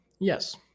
Yes